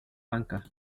banca